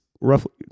roughly